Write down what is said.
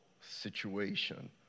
situation